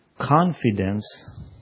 confidence